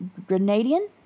Grenadian